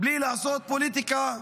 בלי לעשות פוליטיקה,